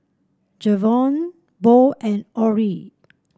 Jevon Bo and Orrie